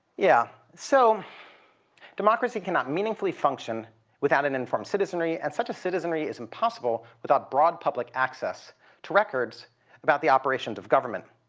yeah. so democracy cannot meaningfully function without an informed citizenry and such a citizenry is impossible without broad public access to records about the operations of government.